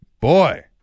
Boy